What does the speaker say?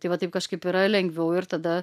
tai va taip kažkaip yra lengviau ir tada